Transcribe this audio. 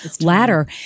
ladder